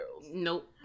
Nope